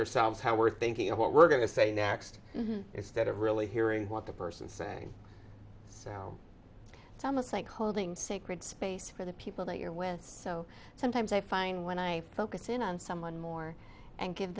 ourselves how we're thinking of what we're going to say next instead of really hearing what the person saying so now it's almost like holding sacred space for the people that you're with so sometimes i find when i focus in on someone more and give